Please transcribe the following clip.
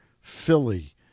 Philly